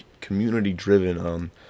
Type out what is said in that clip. community-driven